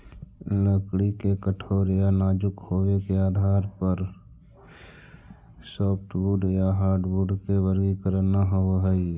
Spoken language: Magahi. लकड़ी के कठोर या नाजुक होबे के आधार पर सॉफ्टवुड या हार्डवुड के वर्गीकरण न होवऽ हई